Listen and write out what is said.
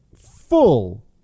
full